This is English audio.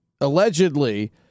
allegedly